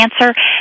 cancer